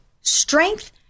strength